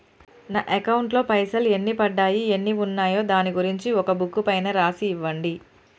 నా అకౌంట్ లో పైసలు ఎన్ని పడ్డాయి ఎన్ని ఉన్నాయో దాని గురించి ఒక బుక్కు పైన రాసి ఇవ్వండి?